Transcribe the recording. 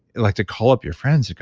like to call up your friends, you go,